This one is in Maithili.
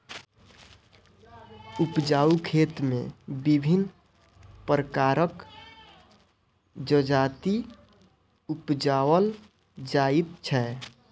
उपजाउ खेत मे विभिन्न प्रकारक जजाति उपजाओल जाइत छै